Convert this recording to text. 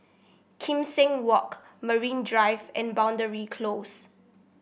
Kim Seng Walk Marine Drive and Boundary Close